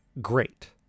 great